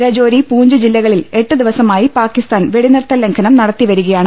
രജോരി പൂംഞ്ച് ജില്ലകളിൽ എട്ട് ദിവസമായി പാക്കി സ്ഥാൻ വെടിനിർത്തൽ ലംഘനം നടത്തിവരികയാണ്